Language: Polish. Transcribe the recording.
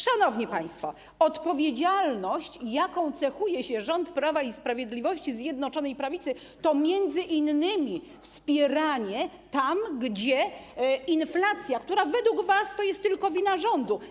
Szanowni państwo, odpowiedzialność, jaką cechuje się rząd Prawa i Sprawiedliwości, Zjednoczonej Prawicy, to m.in. wspieranie tam, gdzie inflacja, która według was jest tylko winą rządu.